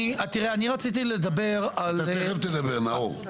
אני רציתי לדבר על --- אתה תיכף תדבר, נאור.